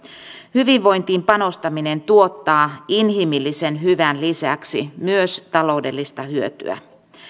hyvinvointiin panostaminen tuottaa inhimillisen hyvän lisäksi myös taloudellista hyötyä